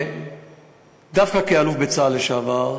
דווקא כאלוף בצה"ל לשעבר,